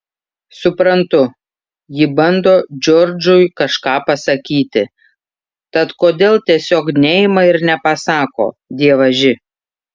suprantu ji bando džordžui kažką pasakyti tad kodėl tiesiog neima ir nepasako dievaži